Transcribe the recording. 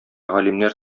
галимнәр